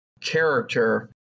character